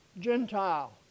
Gentile